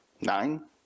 nine